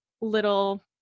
little